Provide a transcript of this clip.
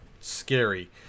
Scary